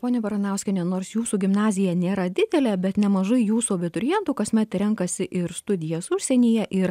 ponia baranauskiene nors jūsų gimnazija nėra didelė bet nemažai jūsų abiturientų kasmet renkasi ir studijas užsienyje ir